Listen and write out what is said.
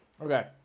Okay